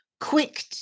Quick